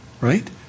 right